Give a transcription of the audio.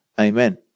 Amen